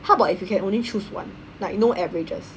how about if you can only choose one like you know averages